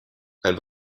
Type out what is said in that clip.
ein